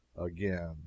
again